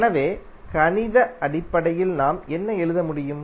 எனவே கணித அடிப்படையில் நாம் என்ன எழுத முடியும்